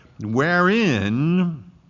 wherein